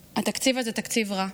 התקציב הזה הוא תקציב רע.